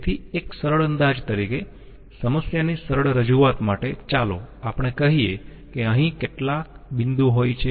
તેથી એક સરળ અંદાજ તરીકે સમસ્યાની સરળ રજૂઆત માટે ચાલો આપણે કહીયે કે અહીં કેટલા બિંદુઓ હોય છે